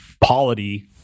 polity